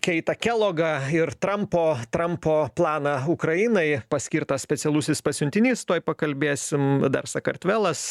keitą kelogą ir trampo trampo planą ukrainai paskirtas specialusis pasiuntinys tuoj pakalbėsim dar sakartvelas